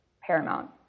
paramount